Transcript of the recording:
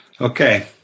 okay